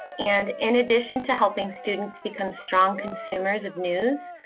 and in addition to helping students become strong consumers of news,